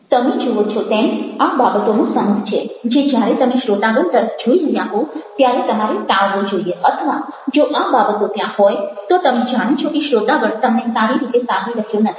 તમે જુઓ છો તેમ આ બાબતોનો સમૂહ છે જે જ્યારે તમે શ્રોતાગણ તરફ જોઈ રહ્યા હો ત્યારે તમારે ટાળવો જોઇએ અથવા જો આ બાબતો ત્યાં હોય તો તમે જાણો છો કે શ્રોતાગણ તમને સારી રીતે સાંભળી રહ્યો નથી